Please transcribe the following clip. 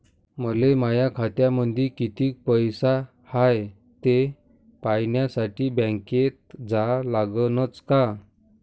मले माया खात्यामंदी कितीक पैसा हाय थे पायन्यासाठी बँकेत जा लागनच का?